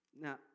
Now